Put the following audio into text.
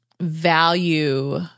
value